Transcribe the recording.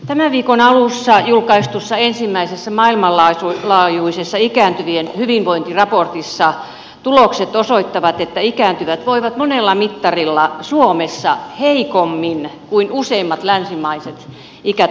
tämän viikon alussa julkaistussa ensimmäisessä maailmanlaajuisessa ikääntyvien hyvinvointiraportissa tulokset osoittavat että ikääntyvät voivat monella mittarilla suomessa heikommin kuin useimmat länsimaiset ikätoverit